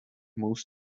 most